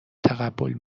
تقبل